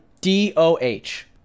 D-O-H